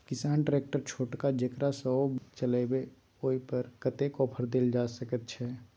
किसान ट्रैक्टर छोटका जेकरा सौ बुईल के चलबे इ ओय पर कतेक ऑफर दैल जा सकेत छै?